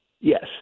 Yes